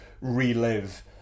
relive